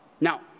Now